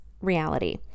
reality